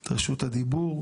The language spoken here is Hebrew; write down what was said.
את רשום הדיבור.